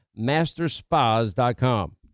masterspas.com